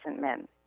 men